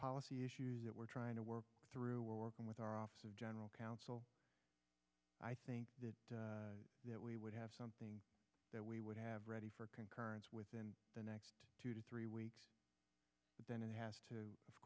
policy issues that we're trying to work through we're working with our office of general counsel i think that we would have something that we would have ready for concurrence within the next two to three weeks and then it has to of